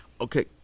Okay